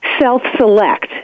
self-select